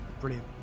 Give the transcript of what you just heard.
brilliant